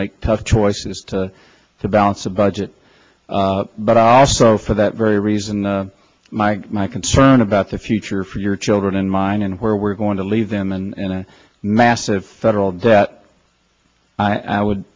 make tough choices to to balance a budget but also for that very reason my my concern about the future for your children and mine and where we're going to leave them and a massive federal debt i would